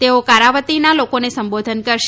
તેઓ કારાવતીનાં લોકોને સંબોધન કરશે